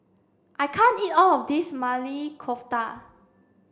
I can't eat all of this Maili Kofta